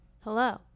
Hello